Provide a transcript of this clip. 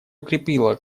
укрепила